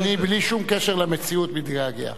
אני, בלי שום קשר למציאות, מתגעגע.